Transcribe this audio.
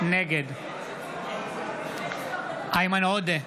נגד איימן עודה,